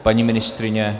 Paní ministryně?